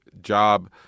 job